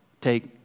take